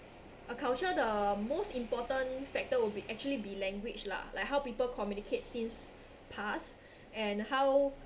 a culture the most important factor will be actually be language lah like how people communicate since past and how